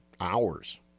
hours